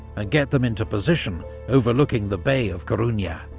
ah get them into position overlooking the bay of coruna.